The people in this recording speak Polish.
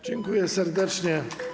Dziękuję serdecznie.